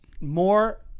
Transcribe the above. more